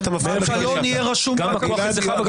הבלון יהיה רשום --- גם הכוח אצלך וגם אתה מתבכיין.